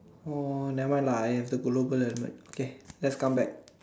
uh never mind lah I have to global at night okay let's come back